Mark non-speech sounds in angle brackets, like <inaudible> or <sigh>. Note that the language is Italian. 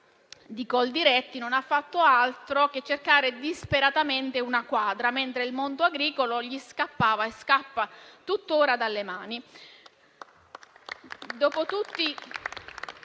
di Coldiretti, non ha fatto altro che cercare disperatamente una quadra, mentre il mondo agricolo gli scappava - e gli scappa tuttora - dalle mani. <applause>